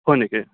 হয় নেকি